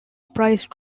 price